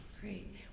Great